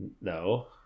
No